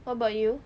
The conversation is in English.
what about you